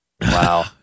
wow